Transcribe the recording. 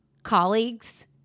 colleagues